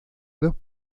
dos